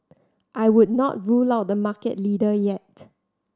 I would not rule out the market leader yet